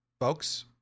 Folks